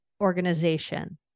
organization